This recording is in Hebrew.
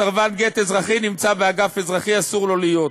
סרבן גט אזרחי נמצא באגף אזרחי, אסור לו להיות,